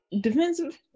Defensive